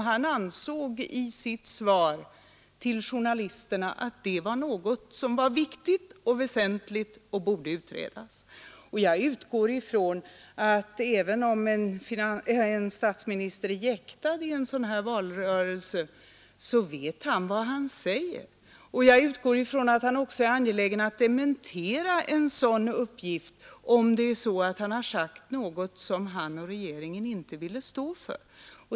I sitt svar till journalisterna sade han att han ansåg att den frågan var viktig och väsentlig och borde utredas. Jag utgår från att även om en statsminister är jäktad i en valrörelse vet han ändå vad han säger. Och jag utgår också från att han är angelägen om att dementera en sådan uppgift, om han har sagt något som han och regeringen inte vill stå för.